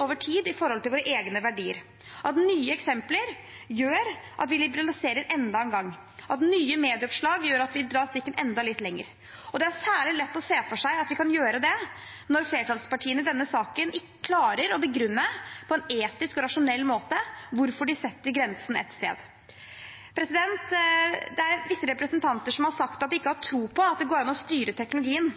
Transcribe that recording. over tid glir i forhold til våre egne verdier – at nye eksempler gjør at vi liberaliserer enda en gang, at nye medieoppslag gjør at vi drar strikken enda litt lenger. Det er særlig lett å se for seg at vi kan gjøre det når flertallspartiene i denne saken ikke klarer å begrunne på en etisk og rasjonell måte hvorfor de setter grensen ett sted. Det er visse representanter som har sagt at de ikke har tro på at det går an å styre teknologien,